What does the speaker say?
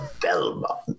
Belmont